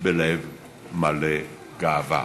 בלב מלא גאווה.